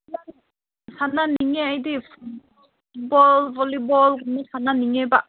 ꯁꯥꯟꯅꯅꯤꯡꯉꯦ ꯑꯩꯗꯤ ꯐꯨꯠꯕꯣꯜ ꯕꯣꯂꯤꯕꯣꯜꯒꯨꯝꯕ ꯁꯥꯟꯅꯅꯤꯡꯉꯦꯕ